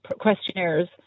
questionnaires